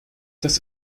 das